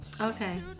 Okay